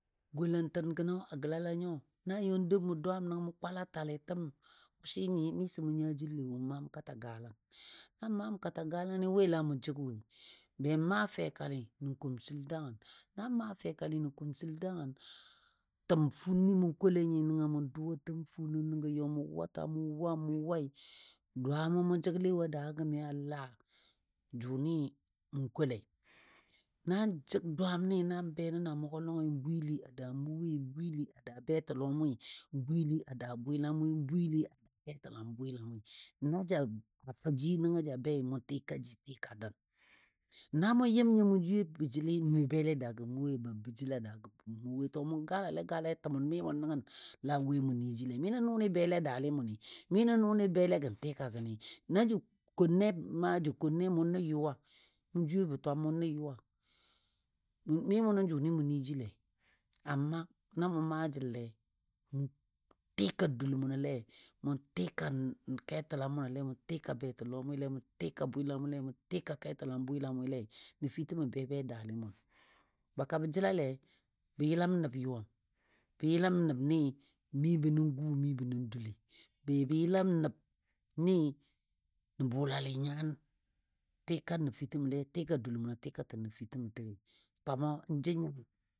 Golantin ga̱nɔ a gəlala nyo nan yɔ dou mʊ dwaam nəngo mʊ kwal a tali kʊsi nyi, miso mʊ nya jəlle mʊ maam kato galan. Na mamm kato galani, n we la mʊ jəg woi, be maa fɛkali nən kumsel dangən, nan maa fɛkali nən kumsel dangən təm fuuni mɔ kole nyi nəngɔ mʊ duwa təm fuunɔ nəngɔ yɔ mʊ wata mʊ wa mʊ wai, dwaamɔ mʊ jəgle wo daagɔ gəmi a la jʊnɨ mʊ kolei. Na jjəg dwaami nəngɔ mʊ be nən a mʊgɔ lɔngi, bwili a daa mʊ woi, bwili a daa betilɔmoi, bwili a daa bwɨlamoi, bwili a daa ketəlam bwɨlamoi, na ja a fəji nəngɔ ja bei mʊ tika ji tika nən. Na mʊ yɨm nyo mʊ jwiyebɔ jəli nuwo belle daagɔ mʊ woi be bə jəl a daagɔ mʊ woi, to mʊ galale galai təmʊn mi mʊ nəngən la we mʊ nɨjile, mi nə nʊnɨ belle daali mʊni, mi nə nʊnɨ bele gən tika gəni, na jə konne ma nə konne mʊ nə yuwa, mʊ jwiyebɔ twam mʊ nə yuwa. Mi mʊ nən jʊnɨ mʊ nɨjile. Amma na mʊ maa jəlle mʊ tika dul mʊnole, mʊ tika ketəlam mʊnɔle, mʊ tika betilɔmoile, mʊ tika bwilamole, mʊ tika ketəlam bwilamoile. Nəfitəmɔ be be dali mʊn, baka bə jəlale bə yəlam nəb yʊwam, bə yəlam nəbni mi bənɔ gu mi bənɔ jəli. Be bə yəlam nabnɨ nə bʊlalɨ nyan, tika nəfitəmale, tika dul mʊno, tika tə nəfitəmə təgoi, twamo n jə nya